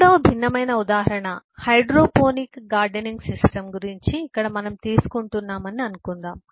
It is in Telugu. మూడవ భిన్నమైన ఉదాహరణ హైడ్రోపోనిక్ గార్డెనింగ్ సిస్టమ్ గురించి ఇక్కడ మనం తీసుకుంటున్నామని అనుకుందాం